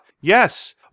Yes